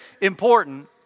important